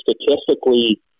statistically